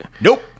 Nope